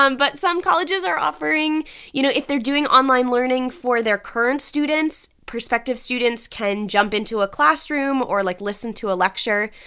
um but some colleges are offering you know, if they're doing online learning for their current students, prospective students can jump into a classroom or, like, listen to a lecture.